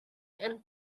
and